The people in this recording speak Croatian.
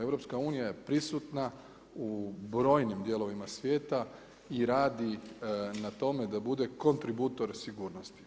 EU je prisutna u brojnim dijelovima svijeta i radi na tome da bude kontributor sigurnosti.